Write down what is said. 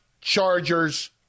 Chargers